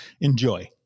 enjoy